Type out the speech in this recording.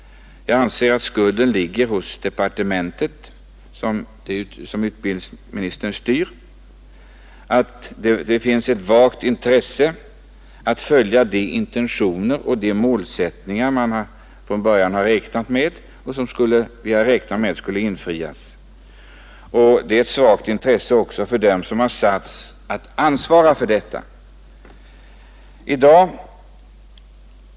Jag anser att skulden ligger hos det departement som utbildningsministern styr; det finns ett svagt intresse av att följa de intentioner och målsättningar som vi från början har räknat med skulle infrias. Det är ett svagt intresse också hos dem som har satts att ansvara för detta.